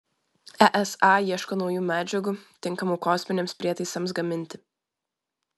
esa ieško naujų medžiagų tinkamų kosminiams prietaisams gaminti